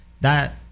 That-